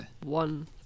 one